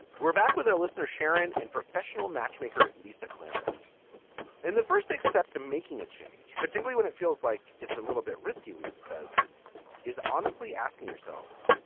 we're back with our listener sharon and professional matchmaker lisa clampett in the first big step to making a change, particularly when it feels like it's a little bit risky, lisa says is honestly asking yourself,